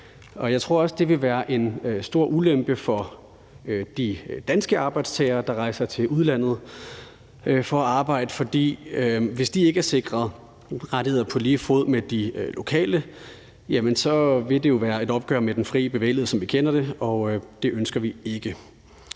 Jeg tror også, at det vil være en stor ulempe for de danske arbejdstagere, der rejser til udlandet for at arbejde. Hvis de ikke er sikret rettigheder på lige fod med de lokale, vil det jo være et opgør med den frie bevægelighed, som vi kender det, og det ønsker vi ikke.